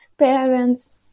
parents